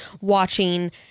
watching